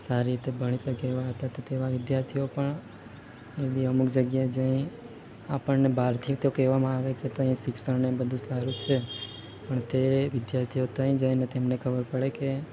સારી રીતે ભણી શકે એવા હતા તો તેવા વિદ્યાર્થીઓ પણ એવી અમુક જગ્યા જઈ આપણને બહારથી તો કહેવામાં આવે કે ત્યાં શિક્ષણને બધું સારું છે પણ તે વિદ્યાર્થીઓ ત્યાં જાયને તેમને ખબર પડે કે